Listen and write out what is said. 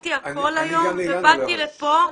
אני עזבתי הכול היום ובאתי לפה.